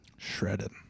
Shredded